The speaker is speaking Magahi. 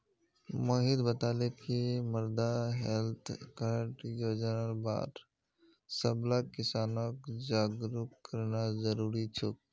मोहित बताले कि मृदा हैल्थ कार्ड योजनार बार सबला किसानक जागरूक करना जरूरी छोक